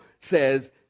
says